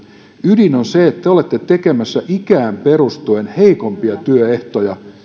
ydin on se että te olette tekemässä ikään perustuen heikompia työehtoja